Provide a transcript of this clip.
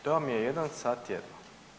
To vam je 1 sat tjedno.